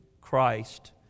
Christ